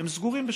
הם סגורים בשבת.